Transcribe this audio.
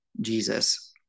Jesus